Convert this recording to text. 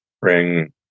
bring